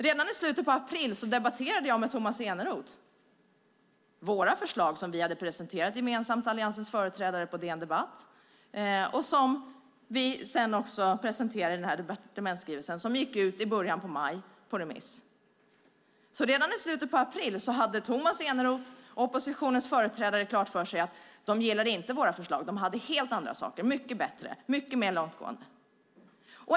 Redan i slutet av april debatterade jag med Tomas Eneroth våra förslag, som Alliansens företrädare hade presenterat gemensamt på DN Debatt och som vi sedan också presenterade i den departementsskrivelse som gick ut på remiss i början av maj. Redan i slutet av april hade alltså Tomas Eneroth och oppositionens företrädare klart för sig att de inte gillade våra förslag. De hade helt andra saker, mycket bättre, mycket mer långtgående.